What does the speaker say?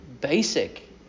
basic